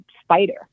spider